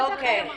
אוקיי.